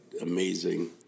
amazing